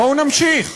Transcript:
בואו נמשיך,